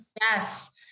Yes